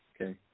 okay